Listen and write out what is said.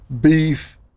beef